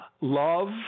love